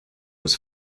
was